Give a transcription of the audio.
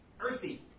earthy